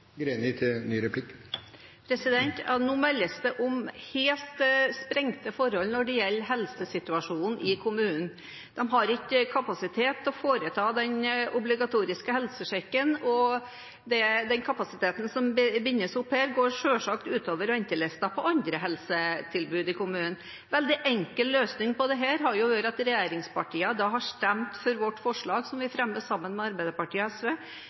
Ja, nå meldes det om helt sprengte forhold når det gjelder helsesituasjonen i kommunen. De har ikke kapasitet til å foreta den obligatoriske helsesjekken, og den kapasiteten som bindes opp her, går selvsagt ut over ventelister til andre helsetilbud i kommunen. En veldig enkel løsning på dette hadde jo vært at regjeringspartiene hadde stemt for vårt forslag, som vi fremmer sammen med Arbeiderpartiet og SV,